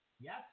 Yes